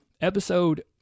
episode